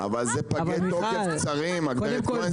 וכמה --- אבל אלו מוצרים עם תאריכי תפוגה קצרים גברת כהן,